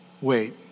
wait